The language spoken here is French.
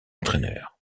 entraîneur